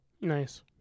Nice